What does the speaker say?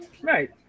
Right